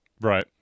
right